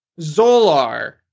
Zolar